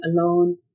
alone